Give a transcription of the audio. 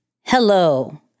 hello